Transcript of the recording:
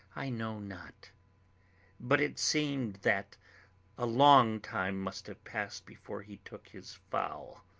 i know not but it seemed that a long time must have passed before he took his foul,